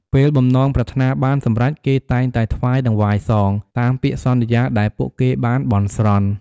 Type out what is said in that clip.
ពេលបំណងប្រាថ្នាបានសម្រេច គេតែងតែថ្វាយតង្វាយសង តាមពាក្យសន្យាដែលពួកគេបានបន់ស្រន់។